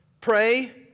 Pray